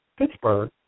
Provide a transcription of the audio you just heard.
Pittsburgh